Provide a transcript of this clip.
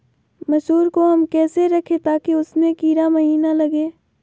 मसूर को हम कैसे रखे ताकि उसमे कीड़ा महिना लगे?